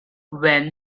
when